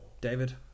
David